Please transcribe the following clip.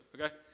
okay